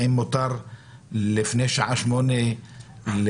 האם מותר להרעיש לפני שעה 20:00?